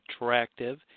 attractive